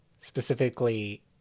specifically